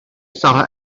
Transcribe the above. sarra